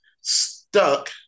stuck